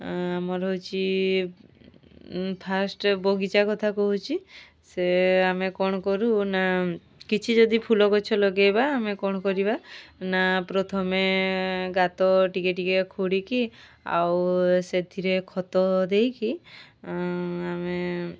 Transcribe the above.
ଆମର ହେଉଛି ଫାଷ୍ଟ୍ ବଗିଚା କଥା କହୁଛି ସେ ଆମେ କ'ଣ କରୁ ନା କିଛି ଯଦି ଫୁଲ ଗଛ ଲଗାଇବା ଆମେ କ'ଣ କରିବା ନା ପ୍ରଥମେ ଗାତ ଟିକେ ଟିକେ ଖୋଳିକି ଆଉ ସେଥିରେ ଖତ ଦେଇକି ଆମେ